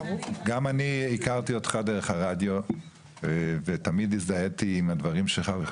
גם אני הכרתי אותך דרך הרדיו ותמיד הזדהיתי עם הדברים שלך.